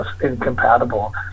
incompatible